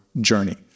journey